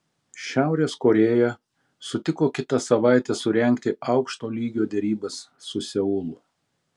šiaurės korėja sutiko kitą savaitę surengti aukšto lygio derybas su seulu